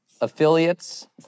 affiliates